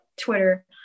Twitter